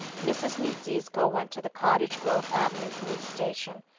mrs. niedziezko went to the cottage grove avenue police station,